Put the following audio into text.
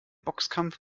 boxkampf